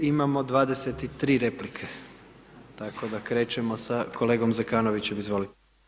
Imamo 23 replike, tako da krećemo sa kolegom Zekanovićem, izvolite.